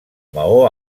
maó